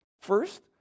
First